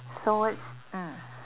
so what's mm